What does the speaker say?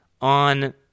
on